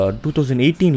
2018